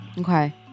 Okay